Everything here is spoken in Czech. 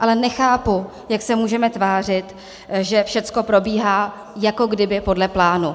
ale nechápu, jak se můžeme tvářit, že všechno probíhá jako kdyby podle plánu.